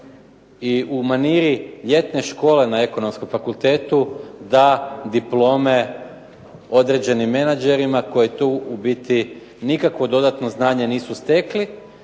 i u maniri ljetne škole na Ekonomskom fakultetu da diplome određenim menadžerima koji tu u biti nikakvo dodatno znanje nisu stekli